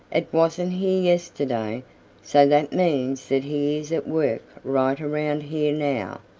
it wasn't here yesterday, so that means that he is at work right around here now.